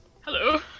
Hello